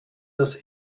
das